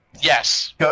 Yes